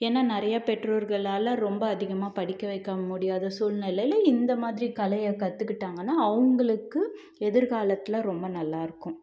ஏன்னால் நிறைய பெற்றோர்களால் ரொம்ப அதிகமாக படிக்க வைக்க முடியாத சூழ்நிலையில இந்த மாதிரி கலையை கற்றுக்கிட்டாங்கன்னா அவங்களுக்கு எதிர்காலத்தில் ரொம்ப நல்லாயிருக்கும்